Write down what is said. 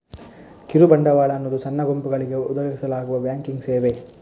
ಕಿರು ಬಂಡವಾಳ ಅನ್ನುದು ಸಣ್ಣ ಗುಂಪುಗಳಿಗೆ ಒದಗಿಸಲಾಗುವ ಬ್ಯಾಂಕಿಂಗ್ ಸೇವೆ